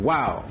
Wow